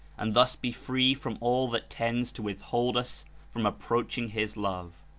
and thus be free from all that tends to withhold us from approaching his love.